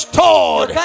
told